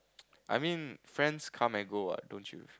I mean friends come and go what don't you